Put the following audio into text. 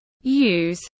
use